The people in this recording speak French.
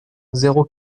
zéro